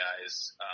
guys